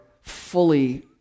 fully